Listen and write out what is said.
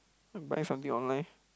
buy something online